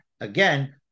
again